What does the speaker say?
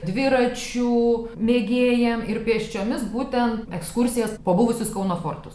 dviračių mėgėjams ir pėsčiomis būtent ekskursijas po buvusius kauno fortus